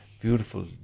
beautiful